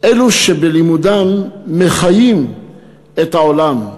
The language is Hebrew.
אלו שבלימודם מחיים את העולם,